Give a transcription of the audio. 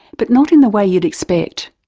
but not in the way you'd expect.